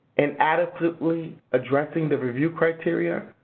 inadequately addressing the review criteria?